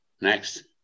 next